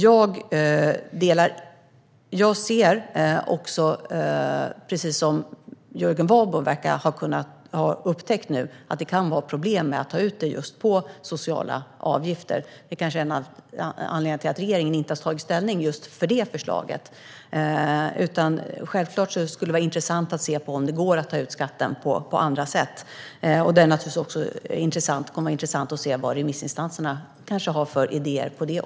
Jag ser också, precis som Jörgen Warborn verkar ha upptäckt nu, att det kan vara problem med att ta ut skatten på just sociala avgifter. Det kanske är en av anledningarna till att regeringen inte har tagit ställning till just detta förslag. Det skulle självklart vara intressant att se om det går att ta ut skatten på andra sätt. Det kommer naturligtvis också att vara intressant att se vilka idéer remissinstanserna kan ha på området.